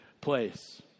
place